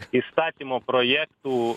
įstatymo projektų